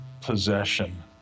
possession